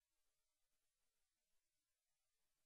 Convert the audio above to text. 360,000 משרות.